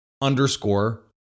underscore